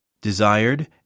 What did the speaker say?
desired